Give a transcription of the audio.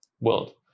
world